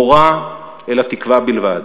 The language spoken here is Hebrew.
מורא אלא תקווה בלבד.